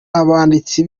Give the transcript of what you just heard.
abanditsi